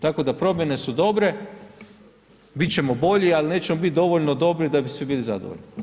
Tako da, promjene su dobre, bit ćemo bolji, ali nećemo biti dovoljno dobri da bi svi bili zadovoljni.